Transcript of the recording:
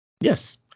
yes